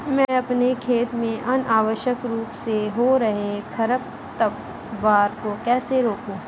मैं अपने खेत में अनावश्यक रूप से हो रहे खरपतवार को कैसे रोकूं?